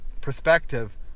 perspective